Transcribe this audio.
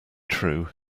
true